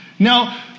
Now